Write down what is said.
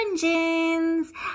Dungeons